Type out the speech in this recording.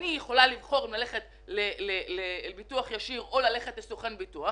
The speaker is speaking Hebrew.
אני יכולה לבחור אם ללכת אל ביטוח ישיר או ללכת לסוכן ביטוח